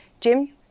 Jim